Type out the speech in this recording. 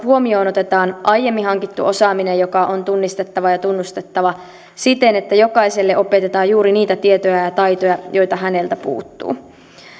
otetaan huomioon aiemmin hankittu osaaminen joka on tunnistettava ja tunnustettava siten että jokaiselle opetetaan juuri niitä tietoja ja taitoja joita häneltä puuttuu